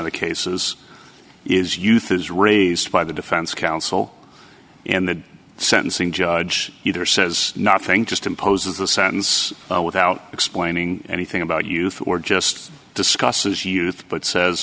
of the cases is youth is raised by the defense counsel and the sentencing judge either says nothing just imposes a sentence without explaining anything about youth or just discusses youth but says